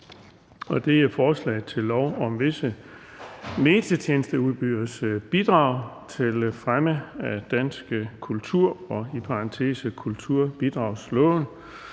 L 70: Forslag til lov om visse medietjenesteudbyderes bidrag til fremme af dansk kultur (kulturbidragsloven).